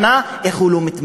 הכוונה, איך הוא לא מתמרד,